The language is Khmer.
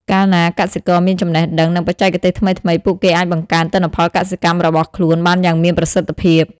កាលណាកសិករមានចំណេះដឹង និងបច្ចេកទេសថ្មីៗ ពួកគេអាចបង្កើនទិន្នផលកសិកម្មរបស់ខ្លួនបានយ៉ាងមានប្រសិទ្ធភាព។